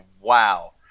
wow